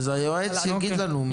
אז היועץ יגיד לנו.